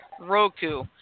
Roku